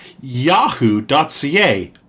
yahoo.ca